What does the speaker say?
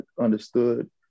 understood